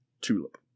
TULIP